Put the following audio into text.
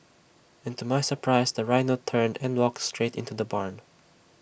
and to my surprise the rhino turned and walked straight into the barn